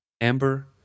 Amber